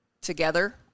together